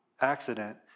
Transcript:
accident